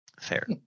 Fair